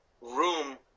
room